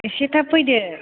एसे थाब फैदो